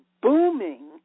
booming